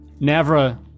Navra